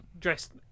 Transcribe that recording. dressed